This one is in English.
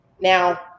Now